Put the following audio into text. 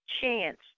chance